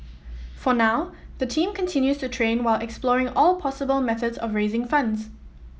for now the team continues to train while exploring all possible methods of raising funds